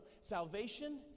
Salvation